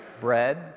bread